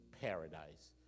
paradise